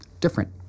different